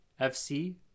FC